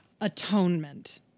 Atonement